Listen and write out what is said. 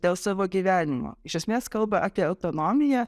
dėl savo gyvenimo iš esmės kalba apie autonomiją